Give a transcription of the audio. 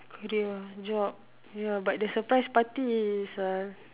headache lah job ya but the surprise party is a